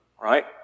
right